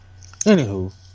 Anywho